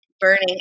burning